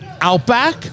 Outback